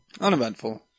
Uneventful